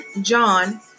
John